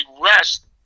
rest